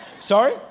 Sorry